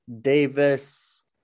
Davis